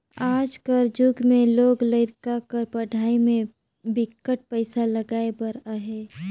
आज कर जुग में लोग लरिका कर पढ़ई में बिकट पइसा लगाए बर अहे